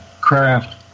craft